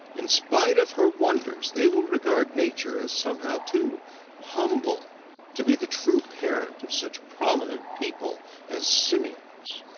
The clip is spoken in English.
in spite of her wonders they will regard nature as somehow too humble to be the true parent of such prominent people as simians.